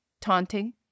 taunting